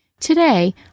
Today